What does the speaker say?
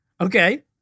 Okay